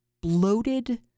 bloated